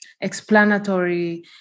explanatory